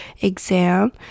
exam